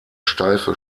steife